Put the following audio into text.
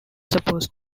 supposed